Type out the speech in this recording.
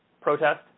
protest